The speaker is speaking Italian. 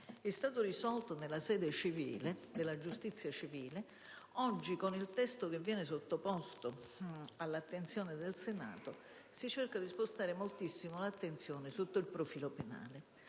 è stato risolto nella sede della giustizia civile, oggi, con il testo sottoposto all'attenzione del Senato, si cerca di spostare moltissimo l'attenzione sotto il profilo penale.